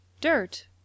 dirt